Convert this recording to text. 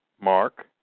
Mark